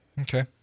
Okay